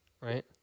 right